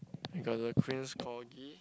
we got The Queen's Corgi